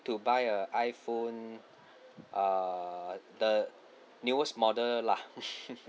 to buy a iphone uh the newest model lah